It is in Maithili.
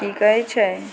की कहय छै